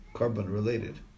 Carbon-related